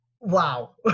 Wow